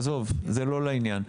עזוב, זה לא לעניין.